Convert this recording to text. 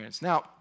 Now